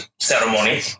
ceremony